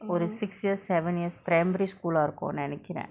ஒரு:oru six years seven years primary school lah இருக்கு நெனைக்குர:irukku nenaikura